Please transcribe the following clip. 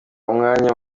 umwanya